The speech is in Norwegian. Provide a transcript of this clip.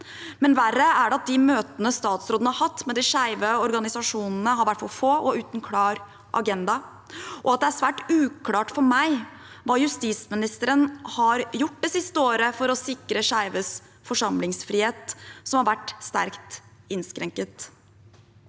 er det likevel at de møtene statsråden har hatt med de skeive organisasjonene, har vært for få og uten klar agenda, og at det er svært uklart for meg hva justisministeren har gjort det siste året for å sikre skeives forsamlingsfrihet, som har vært sterkt innskrenket.